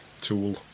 Tool